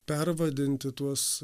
pervadinti tuos